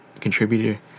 contributor